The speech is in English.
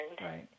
right